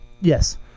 Yes